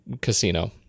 Casino